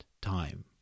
time